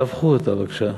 תהפכו אותו בבקשה,